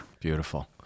Beautiful